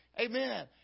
Amen